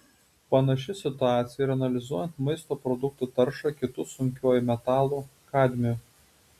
panaši situacija ir analizuojant maisto produktų taršą kitu sunkiuoju metalu kadmiu